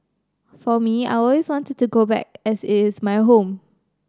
for me I always want to go back as it is my home